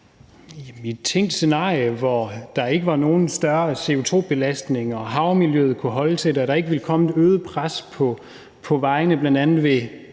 I et tænkt scenarie, hvor der ikke var nogen større CO2-belastninger, og hvor havmiljøet kunne holde til det, og hvor der ikke ville komme et øget pres på vejene, bl.a. ved